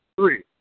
three